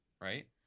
right